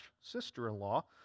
sister-in-law